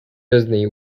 disney